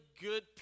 good